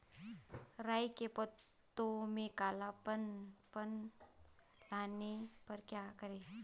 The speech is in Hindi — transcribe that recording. राई के पत्तों में काला पन आने पर क्या करें?